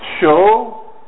show